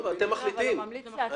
אתם מחליטים.